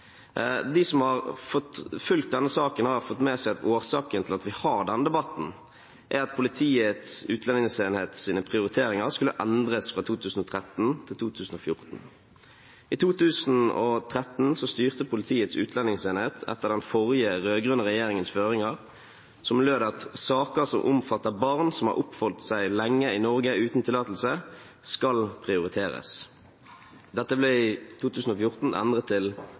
De som har fulgt denne saken, har fått med seg at årsaken til at vi har denne debatten, er at Politiets utlendingsenhets prioriteringer skulle endres fra 2013 til 2014. I 2013 styrte Politiets utlendingsenhet etter den forrige, rød-grønne regjeringens føringer, som lød: «Saker som omfatter barn som har oppholdt seg lenge i Norge uten tillatelse skal prioriteres.» Dette ble i 2014 endret til: